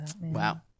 Wow